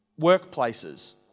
workplaces